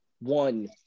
One